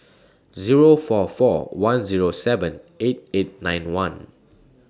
Zero four four one Zero seven eight eight nine one